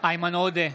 איימן עודה,